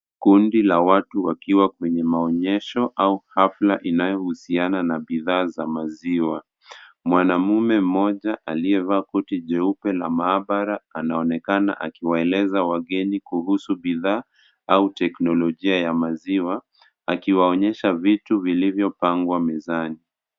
Kundi la watu wakiwa kwenye maonyesho au hafla inayohusiana na bidhaa za maziwa. Mwanaume mmoja aliyevaa koti jeupe la maabara anaonekana akiwaeleza wageni kuhusu bidhaa au teknolojia ya maziwa akiwaonyesha vitu vilivyopangwa mezani.